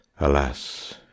Alas